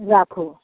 राखू